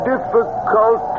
difficult